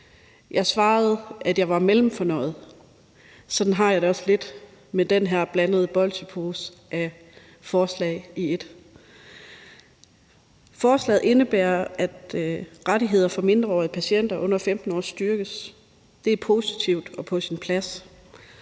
Jeg svarede, at jeg var mellemfornøjet. Sådan har jeg det også lidt med den her blandede bolsjepose af forslag i ét. Forslaget indebærer, at rettigheder for mindreårige patienter under 15 år styrkes. Det er positivt og på sin plads.